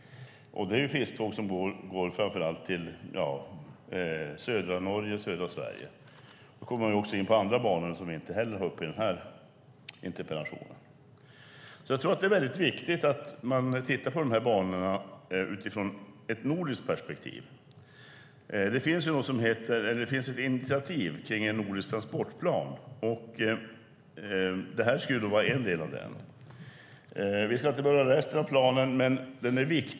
Det är fisktåg som framför allt går till södra Norge och södra Sverige. Det är viktigt att titta på banorna utifrån ett nordiskt perspektiv. Det finns ett initiativ om en nordisk transportplan. Banan är en del av det initiativet.